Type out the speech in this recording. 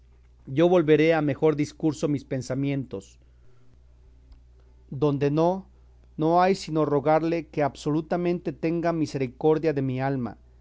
yo volveré a mejor discurso mis pensamientos donde no no hay sino rogarle que absolutamente tenga misericordia de mi alma